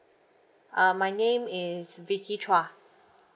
uh my name is vicky chua